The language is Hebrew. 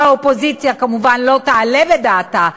כי האופוזיציה כמובן לא תעלה בדעתה,